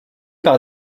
par